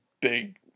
Big